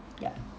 yup